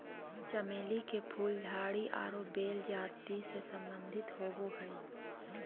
चमेली के फूल झाड़ी आरो बेल जाति से संबंधित होबो हइ